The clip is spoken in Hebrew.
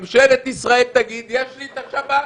כי ממשלת ישראל תגיד: יש לי את השב"כ.